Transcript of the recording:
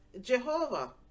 Jehovah